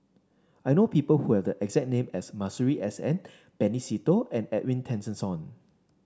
I know people who have the exact name as Masuri S N Benny Se Teo and Edwin Tessensohn